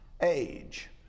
age